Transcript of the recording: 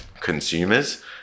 consumers